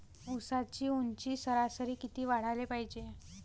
ऊसाची ऊंची सरासरी किती वाढाले पायजे?